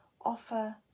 offer